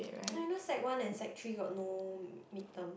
no you know sec-one and sec-three got no mid term